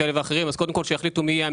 אנחנו לא מעתיקים מהלכים אחד מהשני.